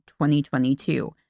2022